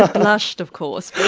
ah blushed of course?